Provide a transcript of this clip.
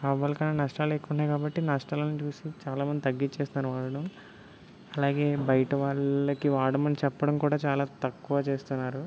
లాభాలు కన్నా నష్టాలే ఎక్కువ ఉన్నాయి కాబట్టి నష్టాలను చూసి చాలా మంది తగ్గిచేస్తున్నారు వాడడం అలాగే బయట వాళ్ళకి వాడమని చెప్పడం కూడా చాలా తక్కువ చేస్తున్నారు